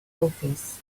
office